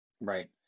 Right